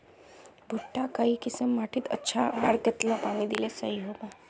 भुट्टा काई किसम माटित अच्छा, आर कतेला पानी दिले सही होवा?